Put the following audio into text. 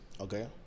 Okay